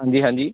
ਹਾਂਜੀ ਹਾਂਜੀ